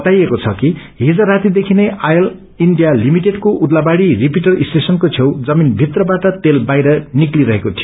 बताइएको छ हिज राति नै आयल इण्डिया लिमिटेडको उदलाबाड़ी रिपिटर स्टेशनको छेउ जमीन भित्रबाअ तेल बाहिर निस्किरहेको थियो